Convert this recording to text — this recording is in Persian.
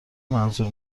منظور